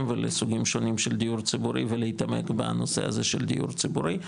ולסוגים שונים של הדיור הציבורי ולהתעמק בנושא הזה של דיור ציבורי.